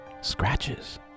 scratches